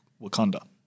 Wakanda